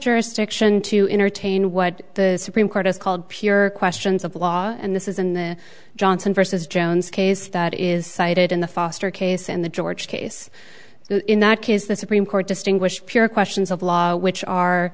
jurisdiction to entertain what the supreme court has called pure questions of law and this is in the johnson versus jones case that is cited in the foster case and the george case in that case the supreme court distinguished pure questions of law which are